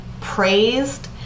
praised